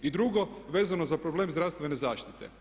I drugo, vezano za problem zdravstvene zaštite.